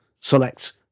select